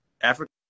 Africa